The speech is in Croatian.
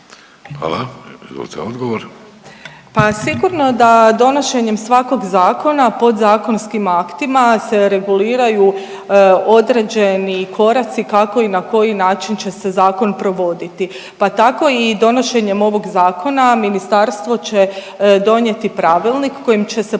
Margareta (HDZ)** Pa sigurno da donošenjem svakog zakona, podzakonskim aktima se reguliraju određeni koraci kako i na koji način će se zakon provoditi pa tako i donošenjem ovog Zakona, Ministarstvo će donijeti pravilnik kojim će se